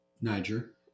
Niger